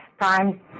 time